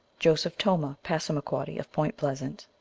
joseph tomah, passamaquoddy, of point pleasant.